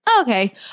okay